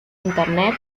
internet